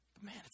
Man